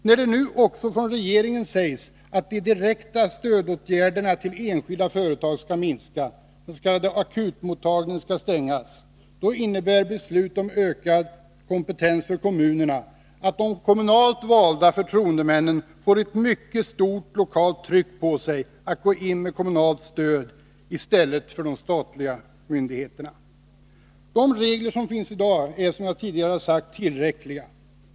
När det nu också från regeringen sägs att de direkta stödåtgärderna till enskilda företag skall minska, att den s.k. akutmottagningen skall stängas, innebär beslut om ökad kompetens för kommunerna att de kommunalt valda förtroendemännen får ett mycket starkt lokalt tryck på sig att gå in med kommunalt stöd i stället för de statliga myndigheterna. De regler som finns i dag är, som jag tidigare har sagt, tillräckliga.